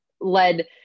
led